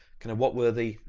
kind of, what were the,